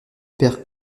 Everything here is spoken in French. perd